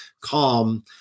calm